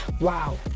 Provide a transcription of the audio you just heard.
wow